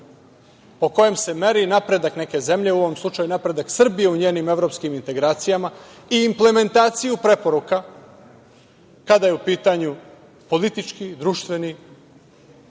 po kojem se meri napredak neke zemlje, u ovom slučaju napredak Srbije u njenim evropskim integracijama i implementaciju preporuka kada je u pitanju politički, društveni